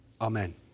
Amen